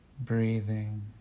breathing